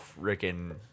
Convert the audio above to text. freaking